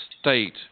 state